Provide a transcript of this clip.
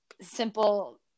simple